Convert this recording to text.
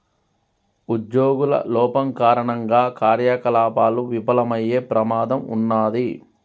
ఉజ్జోగుల లోపం కారణంగా కార్యకలాపాలు విఫలమయ్యే ప్రమాదం ఉన్నాది